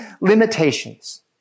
limitations